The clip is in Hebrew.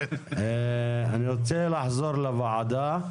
אני רוצה לחזור לוועדה,